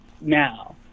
now